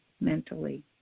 mentally